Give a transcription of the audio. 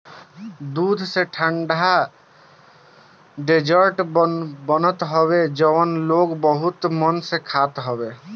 दूध से ठंडा डेजर्ट बनत हवे जवन लोग बहुते मन से खात हवे